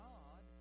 God